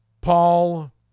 Paul